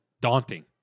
daunting